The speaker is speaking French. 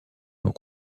pour